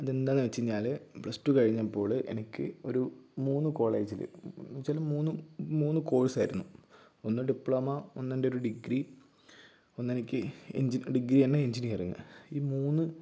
അതെന്താണ് വെച്ച് കഴിഞ്ഞാല് പ്ലസ് ടൂ കഴിഞ്ഞപ്പോള് എനിക്ക് ഒരു മൂന്ന് കോളേജില് എന്നു വെച്ചാല് മൂന്നു മൂന്ന് കോഴ്സ് ആയിരുന്നു ഒന്ന് ഡിപ്ലോമ ഒന്നെൻ്റെ ഒരു ഡിഗ്രി ഒന്നെനിക്ക് എഞ്ചി ഡിഗ്രി തന്നെ എഞ്ചിനീയറിങ്ങ് ഈ മൂന്ന്